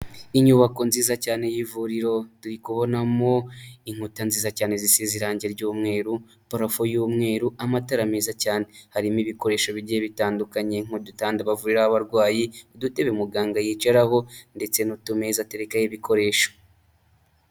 Ni inyubako nziza cyane y'ivuriro turikubonamo inkuta nziza cyane zisize irangi ry'umweru porafu y'umweru amatara meza cyane harimo ibikoresho bigiye bitandukanye nk'udutanda bavuriraho abarwayi n'udutebe muganga yicaraho ndetse nutumeza aterekaho ibikoresho.